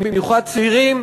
במיוחד צעירים,